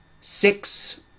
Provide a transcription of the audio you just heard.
six